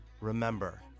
Remember